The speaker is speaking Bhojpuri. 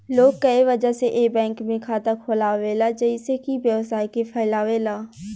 लोग कए वजह से ए बैंक में खाता खोलावेला जइसे कि व्यवसाय के फैलावे ला